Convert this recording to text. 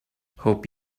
hope